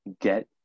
get